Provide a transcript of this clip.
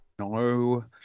no